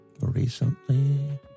Recently